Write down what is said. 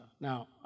Now